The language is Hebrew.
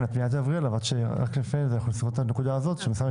נסיים קודם את הנקודה הזאת בהתייחסות משרד